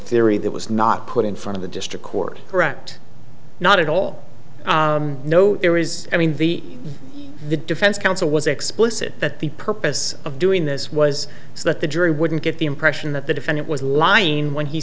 theory that was not put in front of the district court correct not at all no there is i mean v the defense counsel was explicit that the purpose of doing this was so that the jury wouldn't get the impression that the defendant was lying when he